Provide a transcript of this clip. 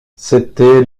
c’était